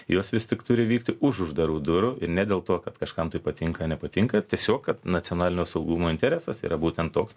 jos vis tik turi vykti už uždarų durų ir ne dėl to kad kažkam tai patinka nepatinka tiesiog kad nacionalinio saugumo interesas yra būtent toks